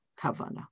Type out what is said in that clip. kavana